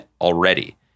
already